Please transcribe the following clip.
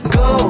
go